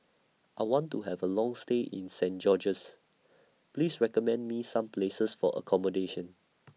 I want to Have A Long stay in Saint George's Please recommend Me Some Places For accommodation